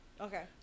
Okay